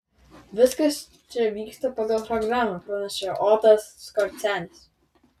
viskas čia vyksta pagal programą pranešė otas skorcenis